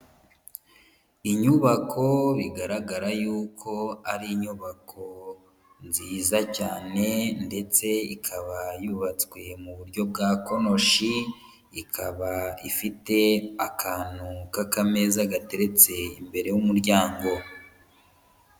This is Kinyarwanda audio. Inyubako bigaragara yuko ari inyubako nziza cyane ndetse ikaba yubatswe mu buryo bwa konoshi, ikaba ifite akantu ka kameza gateretse imbere y'umuryango.